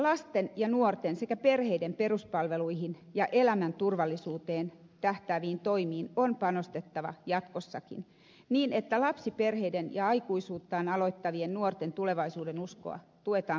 lasten ja nuorten sekä perheiden peruspalveluihin ja elämän turvallisuuteen tähtääviin toimiin on panostettava jatkossakin niin että lapsiperheiden ja aikuisuuttaan aloittavien nuorten tulevaisuudenuskoa tuetaan konkreettisin toimin